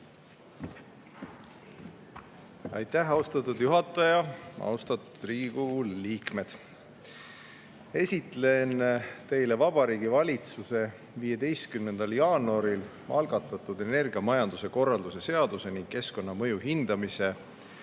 Aitäh, austatud juhataja! Austatud Riigikogu liikmed! Esitlen teile Vabariigi Valitsuse 15. jaanuaril algatatud energiamajanduse korralduse seaduse ning keskkonnamõju hindamise